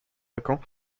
vacant